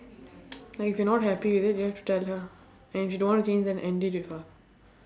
like if you're not happy with it you have to tell her and if she don't want to change then end it with her